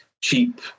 cheap